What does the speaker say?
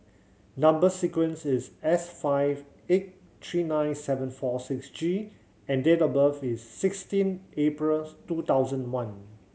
number sequence is S five eight three nine seven four six G and date of birth is sixteen April's two thousand one